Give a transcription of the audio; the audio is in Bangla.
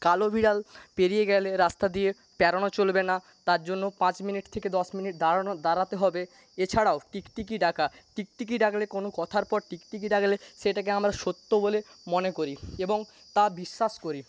কালো বিড়াল পেরিয়ে গেলে রাস্তা দিয়ে পেরনো চলবে না তার জন্য পাঁচ মিনিট থেকে দশ মিনিট দাড়ান দাড়াতে হবে এছাড়াও টিকটিকি ডাকা টিকটিকি ডাকলে কোন কথার পরে টিকটিকি ডাকলে সেটাকে আমরা সত্য বলে মনে করি এবং তা বিশ্বাস করি